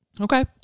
Okay